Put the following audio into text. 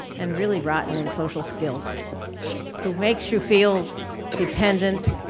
and really rotten in social skills who makes you feel dependent,